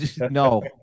no